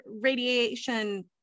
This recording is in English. radiation